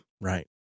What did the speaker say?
Right